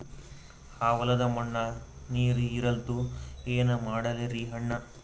ಆ ಹೊಲದ ಮಣ್ಣ ನೀರ್ ಹೀರಲ್ತು, ಏನ ಮಾಡಲಿರಿ ಅಣ್ಣಾ?